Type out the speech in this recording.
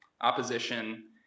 opposition